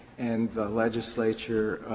and the legislature